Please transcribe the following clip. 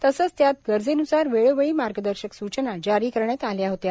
तसेच त्यात गरजेनुसार वेळोवेळी मार्गदर्शक सूचना जारी करण्यात आल्या होत्या